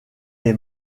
est